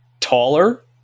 taller